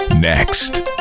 Next